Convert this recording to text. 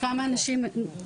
כמה אנשים?